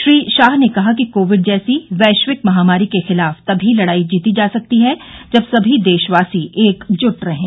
श्री शाह ने कहा कि कोविड जैसी वैश्विक महामारी के खिलाफ तभी लडाई जीती जा सकती है जब सभी देशवासी एकजुट रहें